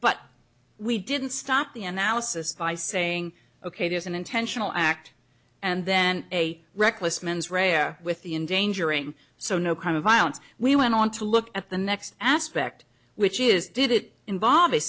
but we didn't stop the analysis by saying ok there's an intentional act and then a reckless mens rea or with the endangering so no kind of violence we went on to look at the next aspect which is did it in